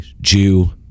Jew